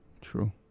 true